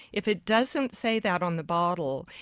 if it doesn't say that on the bottle,